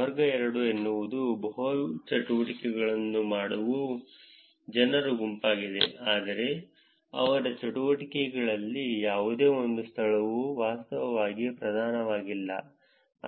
ವರ್ಗ 2 ಎನ್ನುವುದು ಬಹು ಚಟುವಟಿಕೆಗಳನ್ನು ಮಾಡುವ ಜನರ ಗುಂಪಾಗಿದೆ ಆದರೆ ಅವರ ಚಟುವಟಿಕೆಯಲ್ಲಿ ಯಾವುದೇ ಒಂದು ಸ್ಥಳವು ವಾಸ್ತವವಾಗಿ ಪ್ರಧಾನವಾಗಿಲ್ಲ